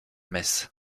messes